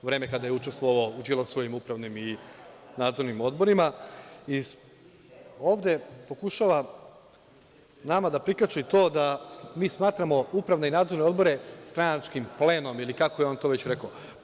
Vreme kada je učestvovao u Đilasovim upravnim i nadzornim odborima i ovde pokušava nama da prikači to da mi smatramo upravne i nadzorne odbore stranačkim plenom ili kako je on to već rekao.